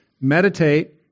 meditate